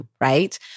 right